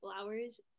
flowers